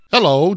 Hello